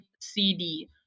CD